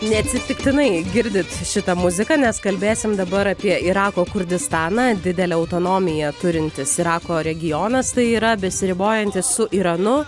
neatsitiktinai girdit šitą muziką nes kalbėsim dabar apie irako kurdistaną didelę autonomiją turintis irako regionas tai yra besiribojanti su iranu